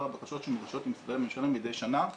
הבקשות שמוגשות למשרדי הממשלה מדי שנה.